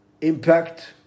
impact